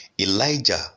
elijah